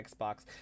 xbox